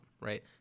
right